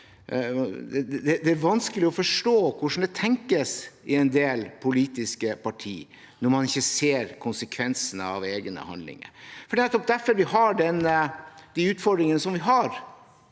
det er vanskelig å forstå hvordan det tenkes i en del politiske partier når man ikke ser konsekvensene av egne handlinger. Vi har de utfordringene vi har